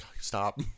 stop